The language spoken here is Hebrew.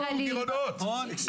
מנהל בית חולים שערי צדק.